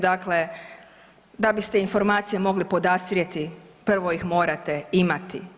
Dakle, da biste informacije mogli podastrijeti prvo ih morate imati.